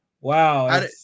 wow